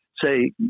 say